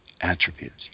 attributes